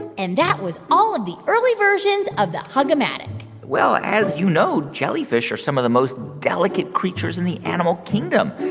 and that was all of the early versions of the hug-o-matic well, as you know, jellyfish are some of the most delicate creatures in the animal kingdom.